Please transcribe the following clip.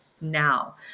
now